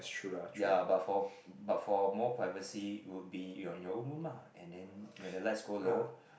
ya but for but for more privacy it would be in your in your own room ah and then when the lights go low